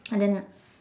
and then